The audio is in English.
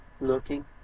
Looking